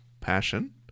passion